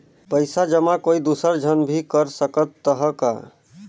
पइसा जमा कोई दुसर झन भी कर सकत त ह का?